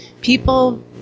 people